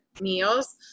meals